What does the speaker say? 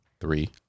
Three